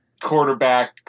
quarterback